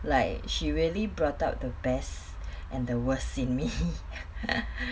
like she really brought out the best and the worst in me